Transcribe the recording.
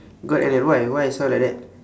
god enel why why I sound like that